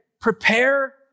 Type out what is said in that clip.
prepare